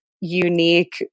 unique